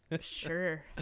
Sure